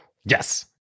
Yes